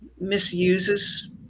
misuses